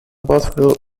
both